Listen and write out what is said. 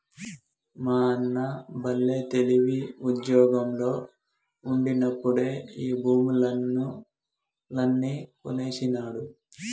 మా అన్న బల్లే తెలివి, ఉజ్జోగంలో ఉండినప్పుడే ఈ భూములన్నీ కొనేసినాడు